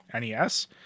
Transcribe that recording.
NES